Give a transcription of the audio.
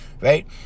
right